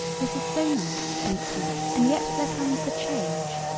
this is so nice and sweet and yet there comes the change,